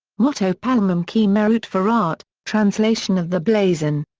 motto palmam qui meruit ferat translation of the blazon.